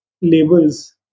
labels